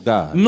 God